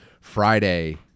Friday